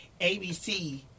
ABC